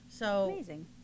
Amazing